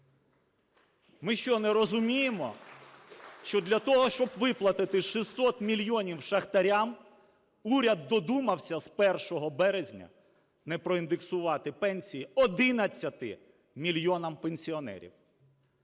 Ми що, не розуміємо, що для того, щоб виплатити 600 мільйонів шахтарям, уряд додумався з 1 березня не проіндексувати пенсії 11 мільйонам пенсіонерів.